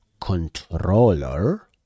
controller